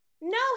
no